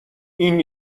این